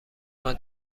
ماه